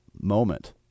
moment